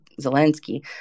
Zelensky